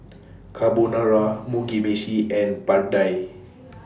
Carbonara Mugi Meshi and Pad Thai